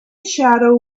shadow